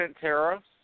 tariffs